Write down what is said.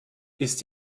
ist